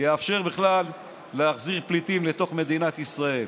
יאפשר בכלל להחזיר פליטים לתוך מדינת ישראל.